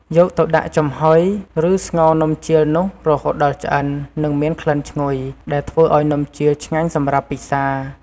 យកទៅដាក់ចំហ៊ុយ ឬស្ងោរនំជៀលនោះ រហូតដល់ឆ្អិន និងមានក្លិនឈ្ងុយ ដែលធ្វើឱ្យនំជៀលឆ្ងាញសម្រាប់ពិសា។